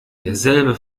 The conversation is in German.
derselbe